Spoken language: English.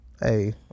Hey